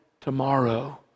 tomorrow